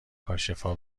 کاشفا